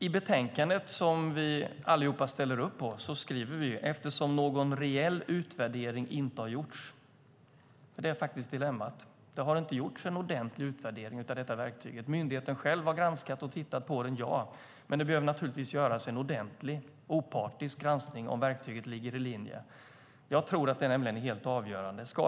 I betänkandet, som vi alla ställer oss bakom, skriver vi: "Eftersom någon reell utvärdering ännu inte har gjorts -". Dilemmat är att det inte har gjorts en ordentlig utvärdering av detta verktyg. Myndigheten själv har granskat och tittat på den, ja. Men det behöver naturligtvis göras en ordentlig, opartisk granskning av verktyget. Jag tror nämligen att det är helt avgörande.